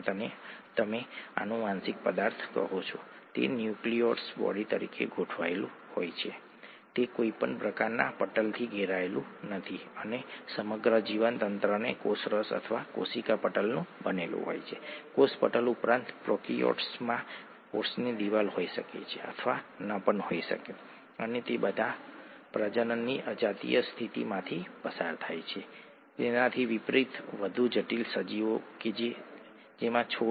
tech home સંદેશ કંઈક એવો છે જે આપણે અગાઉ જોયો હતો બાયોમોલેક્યુલ્સના 4 મુખ્ય પ્રકારો બાયોમોલેક્યુલ્સની તેમની પ્રકૃતિ જ તેને કાર્યની ચોક્કસ માત્રા આપે છે જે રીતે તેમને એકસાથે મૂકવામાં આવે છે માળખું તેને તેનું મુખ્ય કાર્ય આપે છે અને તેથી વધુ ઠીક છે